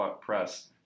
press